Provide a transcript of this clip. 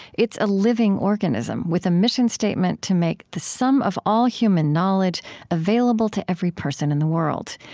it's a living organism with a mission statement to make the sum of all human knowledge available to every person in the world,